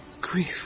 Grief